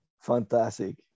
fantastic